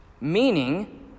Meaning